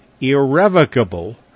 irrevocable